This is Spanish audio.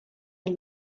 del